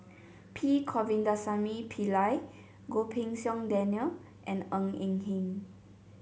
P Govindasamy Pillai Goh Pei Siong Daniel and Ng Eng Hen